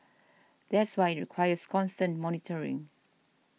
that's why it requires constant monitoring